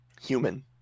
human